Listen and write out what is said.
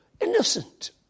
innocent